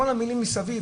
כל המילים מסביב,